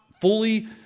fully